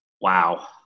wow